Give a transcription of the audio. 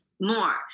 more